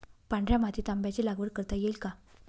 पांढऱ्या मातीत आंब्याची लागवड करता येईल का?